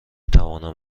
توانم